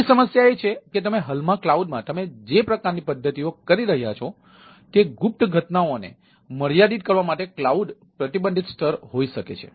બીજી સમસ્યા એ છે કે તમે હાલમાં ક્લાઉડમાં તમે જે પ્રકારની પદ્ધતિઓ કરી રહ્યા છો તે ગુપ્ત ઘટનાઓને મર્યાદિત કરવા માટે કલાઉડ પ્રતિબંધિત સ્થળ હોઈ શકે છે